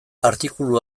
artikulu